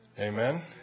Amen